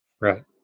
Right